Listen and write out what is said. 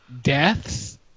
deaths